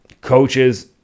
coaches